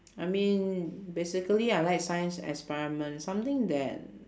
I mean basically I like science experiments something that